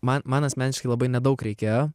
man man asmeniškai labai nedaug reikėjo